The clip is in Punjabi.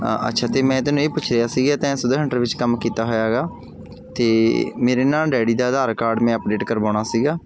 ਅੱਛਾ ਅਤੇ ਮੈਂ ਤੈਨੂੰ ਇਹ ਪੁੱਛ ਰਿਹਾ ਸੀਗਾ ਤੈਂ ਸੁਵਿਧਾ ਸੈਂਟਰ ਵਿੱਚ ਕੰਮ ਕੀਤਾ ਹੋਇਆ ਹੈਗਾ ਅਤੇ ਮੇਰੇ ਨਾ ਡੈਡੀ ਦਾ ਆਧਾਰ ਕਾਰਡ ਮੈਂ ਅਪਡੇਟ ਕਰਵਾਉਣਾ ਸੀਗਾ